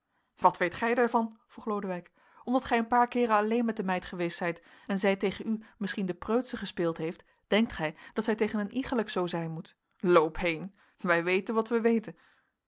wat weet gij daarvan vroeg lodewijk omdat gij een paar keeren alleen met de meid geweest zijt en zij tegen u misschien de preutsche gespeeld heeft denkt gij dat zij tegen een iegelijk zoo zijn moet loop heen wij weten wat wij weten